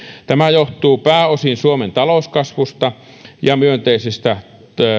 tämä johtuu pääosin suomen talouskasvusta ja myönteisestä